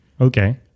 Okay